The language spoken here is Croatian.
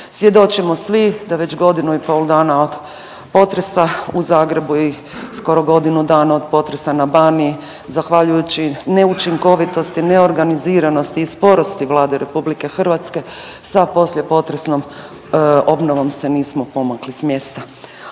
Svjedočimo svi da već godinu i pol dana od potresa u Zagrebu i skoro godinu dana od potresa na Baniji zahvaljujući neučinkovitosti, neorganiziranosti i sporosti Vlade RH sa posljepotresnom obnovom se nismo pomakli s mjesta.